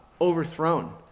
overthrown